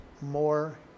more